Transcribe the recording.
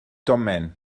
domen